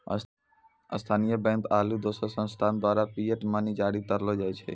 स्थानीय बैंकों आरू दोसर संस्थान द्वारा फिएट मनी जारी करलो जाय छै